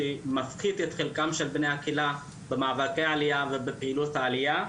שמפחית את חלקם של בני הקהילה במאבקי העלייה ובפעילות העלייה,